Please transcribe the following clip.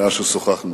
מאז שוחחנו: